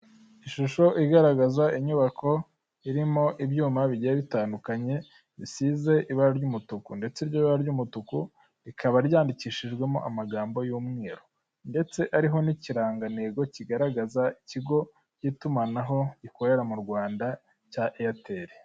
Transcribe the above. Ishusho igaragaza inyubako irimo ibyuma bigiye bitandukanye zisize ibara ry'umutuku ndetse iryo bara ry'umutuku rikaba ryandikishijwemo amagambo y'umweru ndetse hariho n'ikirangantego kigaragaza ikigo cy'itumanaho gikorera mu Rwanda cya Eyatelii.